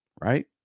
Right